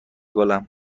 گلم